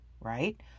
right